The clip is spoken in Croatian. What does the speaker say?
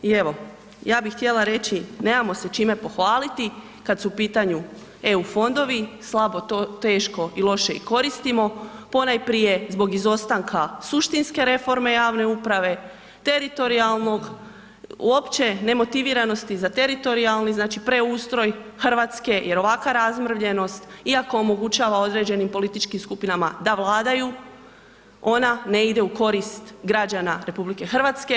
I evo ja bih htjela reći nemamo se čime pohvaliti kada su u pitanju EU fondovi, slabo to, teško i loše i koristimo, ponajprije zbog izostanka suštinske reforme javne uprave, teritorijalnog, uopće nemotiviranosti za teritorijalni znači preustroj Hrvatske jer ovakva razmrvljenost iako omogućava određenim političkim skupinama da vladaju ona ne ide u korist građana RH.